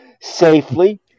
Safely